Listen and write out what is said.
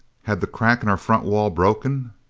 had the crack in our front wall broken,